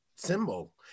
symbol